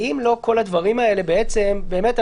כל הדברים האלה באמת,